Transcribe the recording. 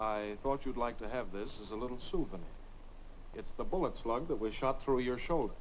i thought you'd like to have this is a little souvenir it's the bullet slug that was shot through your shoulder